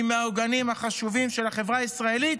מהעוגנים החשובים של החברה הישראלית,